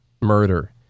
murder